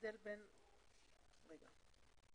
הפרסום הוא באתר האינטרנט של הרשות לרישום והסדר זכויות במקרקעין.